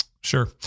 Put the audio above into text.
Sure